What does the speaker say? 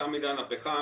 תם עידן הפחם,